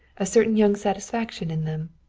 a certain young satisfaction in them.